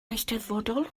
eisteddfodol